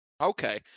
Okay